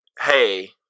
hey